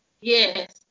Yes